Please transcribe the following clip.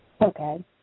okay